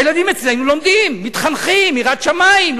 הילדים אצלנו לומדים, מתחנכים, יראת שמים.